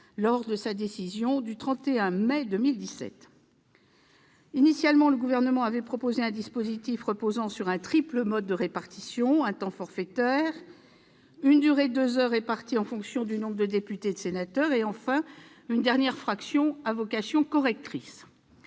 dans sa décision du 31 mai 2017. Initialement, le Gouvernement avait proposé un dispositif reposant sur un triple mode de répartition : un temps forfaitaire ; une durée de deux heures répartie en fonction du nombre de députés et de sénateurs ; enfin, une dernière fraction à vocation corrective.